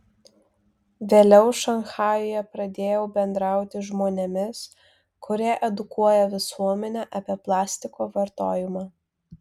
vėliau šanchajuje pradėjau bendrauti žmonėmis kurie edukuoja visuomenę apie plastiko vartojimą